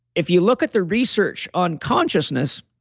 if you look at the research on consciousness